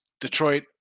Detroit